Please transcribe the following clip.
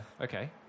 Okay